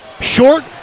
Short